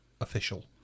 official